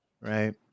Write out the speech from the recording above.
right